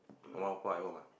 from our point at home ah